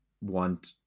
want